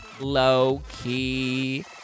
low-key